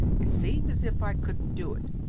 it seemed as if i couldn't do it,